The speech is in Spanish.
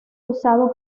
usado